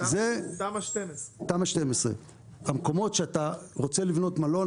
תמ"א 12. המקומות שאתה רוצה לבנות מלון,